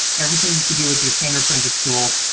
everything to do with your standard forensics tools,